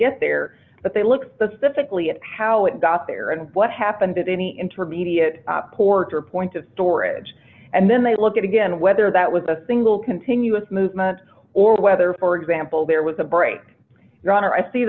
get there but they look specifically at how it got there and what happened at any intermediate porter point of storage and then they look at again whether that was a single continuous movement or whether for example there was a break your honor i see